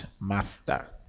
master